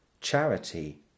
charity